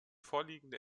vorliegende